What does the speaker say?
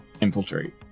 infiltrate